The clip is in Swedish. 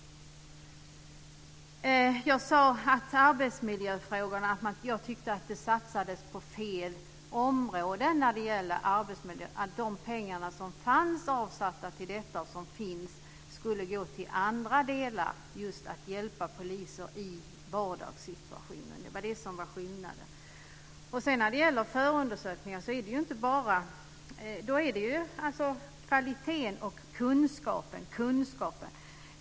Jag sade att jag tyckte att det satsades på fel område när det gällde arbetsmiljön, att de pengar som finns avsatta för detta skulle gå till andra delar. Det handlar just om att hjälpa poliser i vardagssituationen. Det var det som var skillnaden. När det gäller förundersökningar handlar det om kvaliteten och kunskapen.